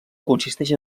consisteix